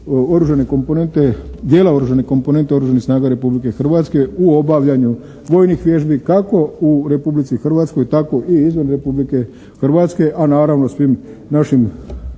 dijela oružane komponente Oružanih snaga Republike Hrvatske u obavljanju vojnih vježbi kako u Republici Hrvatskoj tako i izvan Republike Hrvatske, a naravno svim našim